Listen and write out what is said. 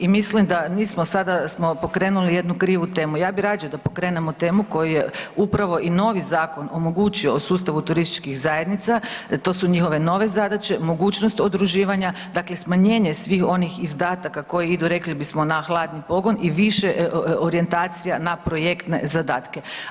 I mislim damo smo mi sada pokrenuli jednu krivu temu, ja bi rađe da pokrenemo temu koju je upravo i novi zakon omogućio o sustavu turističkih zajednica to su njihove nove zadaće, mogućnost udruživanja, dakle smanjenje svih onih zadataka koji idu rekli bismo na hladni pogon i više orijentacija na projektne zadatke.